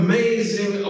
Amazing